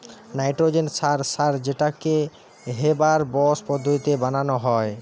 nitrogen সার সার যেটাকে হেবার বস পদ্ধতিতে বানানা হয়